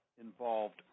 involved